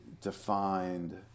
defined